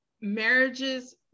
marriages